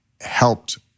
helped